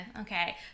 okay